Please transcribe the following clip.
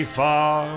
far